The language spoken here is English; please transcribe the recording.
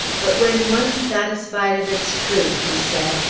but when once satisfied of its truth, he said,